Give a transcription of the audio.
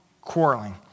quarreling